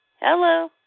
Hello